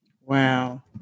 Wow